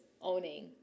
owning